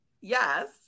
yes